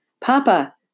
Papa